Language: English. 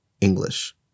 English